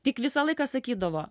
tik visą laiką sakydavo